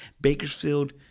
Bakersfield